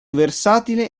versatile